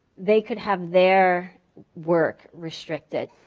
they could have their work restricted.